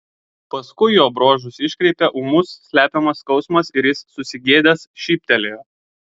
paskui jo bruožus iškreipė ūmus slepiamas skausmas ir jis susigėdęs šyptelėjo